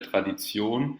tradition